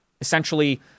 Essentially